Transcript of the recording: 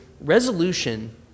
resolution